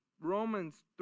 Romans